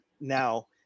now